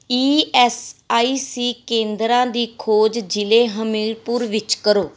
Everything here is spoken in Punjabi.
ਈ ਐੱਸ ਆਈ ਸੀ ਕੇਂਦਰਾਂ ਦੀ ਖੋਜ ਜ਼ਿਲ੍ਹੇ ਹਮੀਰਪੁਰ ਵਿੱਚ ਕਰੋ